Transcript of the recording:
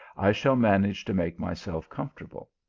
i shall manage to make myself comfort able.